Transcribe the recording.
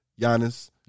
Giannis